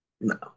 No